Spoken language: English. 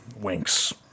winks